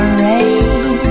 rain